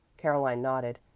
caroline nodded.